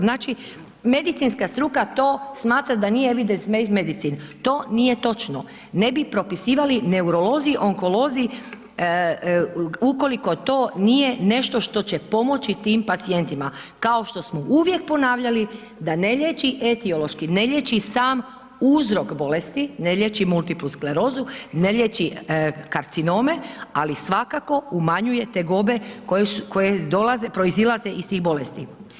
Znači, medicinska struka to smatra da nije… [[Govornik se ne razumije]] to nije točno, ne bi propisivali neurolozi, onkolozi, ukoliko to nije nešto što će pomoći tim pacijentima, kao što smo uvijek ponavljali da ne liječi etiološki, ne liječi sam uzrok bolesti, ne liječi multiplu sklerozu, ne liječi karcinome, ali svakako umanjuje tegobe koje proizilaze iz tih bolesti.